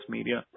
Media